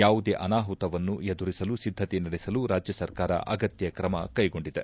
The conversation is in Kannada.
ಯಾವುದೇ ಅನಾಹುತವನ್ನು ಎದುರಿಸಲು ಸಿದ್ದತೆ ನಡೆಸಲು ರಾಜ್ಯ ಸರ್ಕಾರ ಅಗತ್ಯ ಕ್ರಮಕ್ಕೆಗೊಂಡಿದೆ